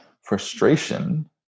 frustration